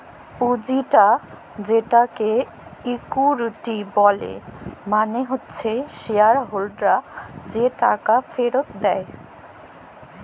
পুঁজিটা যেটাকে ইকুইটি ব্যলে মালে হচ্যে শেয়ার হোল্ডাররা যে টাকা ফেরত দেয়